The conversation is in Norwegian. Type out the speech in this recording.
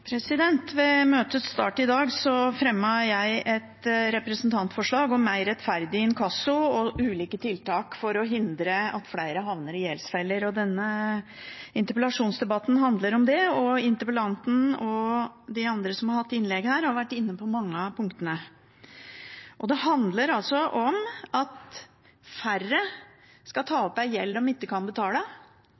Ved møtets start i dag fremmet jeg et representantforslag om mer rettferdig inkasso og ulike tiltak for å hindre at flere havner i gjeldsfeller. Denne interpellasjonsdebatten handler om det, og interpellanten og de andre som har hatt innlegg, har vært inne på mange av punktene. Det handler altså om at færre skal ta opp gjeld de ikke kan betale,